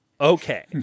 Okay